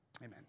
amen